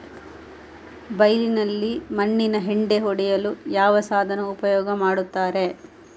ಬೈಲಿನಲ್ಲಿ ಮಣ್ಣಿನ ಹೆಂಟೆ ಒಡೆಯಲು ಯಾವ ಸಾಧನ ಉಪಯೋಗ ಮಾಡುತ್ತಾರೆ?